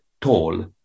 tall